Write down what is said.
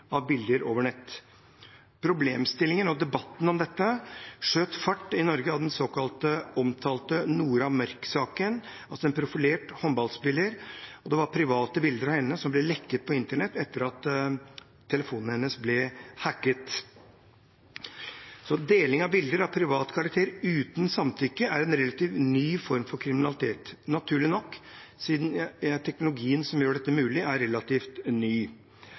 av bilder over nett. Problemstillingen og debatten om dette skjøt fart i Norge av den såkalte Nora Mørk-saken, altså en profilert håndballspiller. Det var private bilder av henne som ble lekket på internett etter at telefonen hennes ble hacket. Deling av bilder av privat karakter uten samtykke er en relativt ny form for kriminalitet, naturlig nok siden teknologien som gjør dette mulig, er relativt ny.